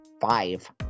Five